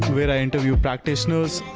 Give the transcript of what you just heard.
where i interview practitioners,